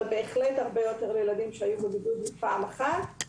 בהחלט הרבה יותר בקרב ילדים שהיו בבידוד יותר מפעם אחת.